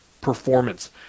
performance